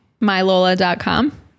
Mylola.com